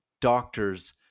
doctors